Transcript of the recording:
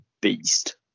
beast